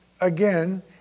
again